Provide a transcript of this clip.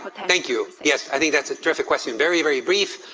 ah thank you. yes, i think that's a terrific question. very, very brief.